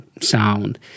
sound